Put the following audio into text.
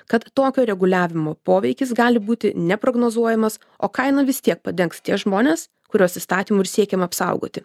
kad tokio reguliavimo poveikis gali būti neprognozuojamas o kainą vis tiek padengs tie žmonės kuriuos įstatymu ir siekiama apsaugoti